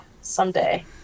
someday